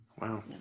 Wow